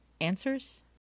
Answers